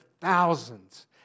thousands